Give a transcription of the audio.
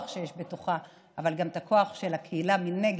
שיש בתוכה אבל גם את הכוח של הקהילה מנגד,